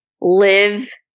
live